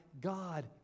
God